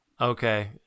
Okay